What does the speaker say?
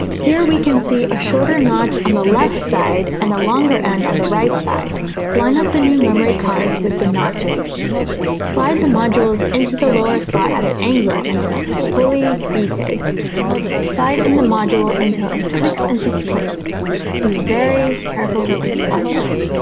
here we can see a shorter notch on the left side and a longer end on the right side line up the new memory cards with the notches slide the modules into the lower slot at an angle until fully seated slide in the module until it clicks into place be very careful with this process